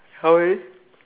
how many